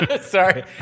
Sorry